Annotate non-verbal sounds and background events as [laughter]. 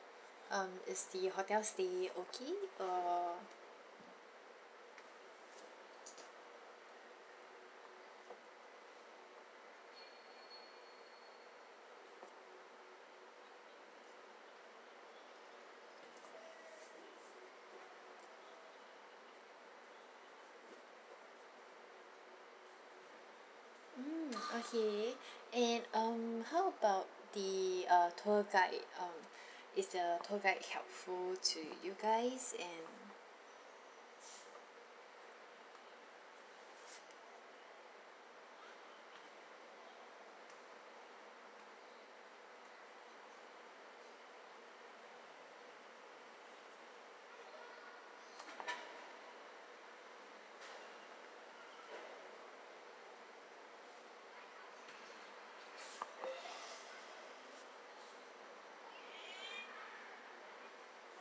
um is the hotel stay okay or mm okay and um how about the uh tour guide um [breath] is the tour guide helpful to you guys and